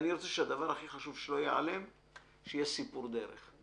הדבר החשוב שאני לא רוצה שייעלם הוא שיש סיפור דרך.